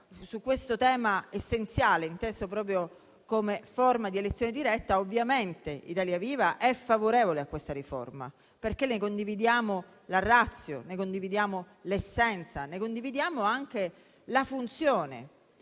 su questo tema essenziale, inteso proprio come forma di elezione diretta, ovviamente Italia Viva è favorevole alla riforma. Ne condividiamo la *ratio*, ne condividiamo l'essenza e ne condividiamo anche la funzione,